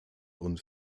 und